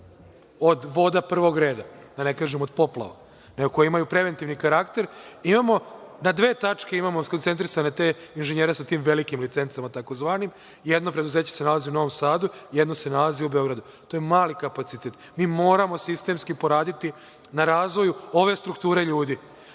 od voda prvog reda, da ne kažem od poplava, nego koje imaju preventivni karakter, na dve tačke imamo skoncentrisane te inženjere sa tim licencama, takozvanim, jedno preduzeće se nalazi u Novom Sadu, jedno se nalazi u Beogradu. To je mali kapacitet. Mi moramo sistemski poraditi na razvoju ove strukture ljudi.